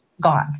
gone